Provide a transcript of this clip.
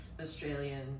Australian